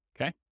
Okay